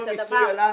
האם המיסוי עלה?